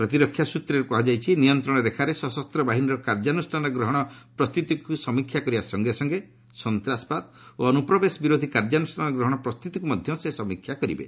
ପ୍ରତିରକ୍ଷା ସୂତ୍ରରେ କୁହାଯାଇଛି ନିୟନ୍ତ୍ରଣ ରେଖାରେ ସଶସ୍ତ ବାହିନୀର କାର୍ଯ୍ୟାନୁଷ୍ଠାନ ଗ୍ରହଣ ପ୍ରସ୍ତୁତିକୁ ସମୀକ୍ଷା କରିବା ସଙ୍ଗେ ସଙ୍ଗେ ସନ୍ତାସବାଦ ଓ ଅନୁପ୍ରବେଶ ବିରୋଧି କାର୍ଯ୍ୟାନୁଷ୍ଠାନ ଗ୍ରହଣ ପ୍ରସ୍ତୁତିକୁ ମଧ୍ୟ ସେ ସମୀକ୍ଷା କରିବେ